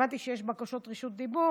הבנתי שיש בקשות רשות דיבור,